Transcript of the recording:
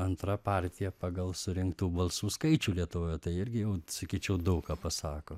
antra partija pagal surinktų balsų skaičių lietuvoje tai irgi jau sakyčiau daug ką pasako